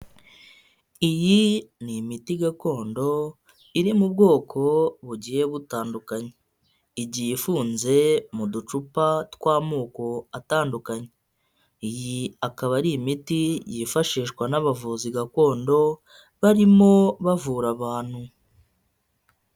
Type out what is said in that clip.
Iyi ni imiti gakondo, iri mu bwoko bugiye butandukanye, igihe ifunze mu ducupa tw'amoko atandukanye, iyi akaba ari imiti yifashishwa n'abavuzi gakondo barimo bavura abantu.